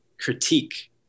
critique